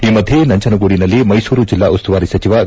ಈ ಮಧ್ಯೆ ನಂಜನಗೂಡಿನಲ್ಲಿ ಮೈಸೂರು ಜೆಲ್ಲಾ ಉಸ್ತುವಾರಿ ಸಚಿವ ವಿ